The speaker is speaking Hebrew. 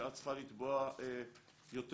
שאת צריכה לתבוע יותר.